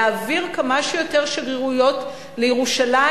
להעביר כמה שיותר שגרירויות לירושלים,